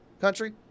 country